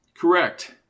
Correct